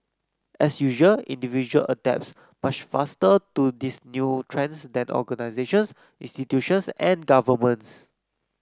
as usual individual adapts much faster to these new trends than organisations institutions and governments